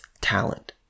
talent